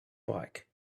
bike